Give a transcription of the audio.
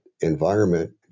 Environment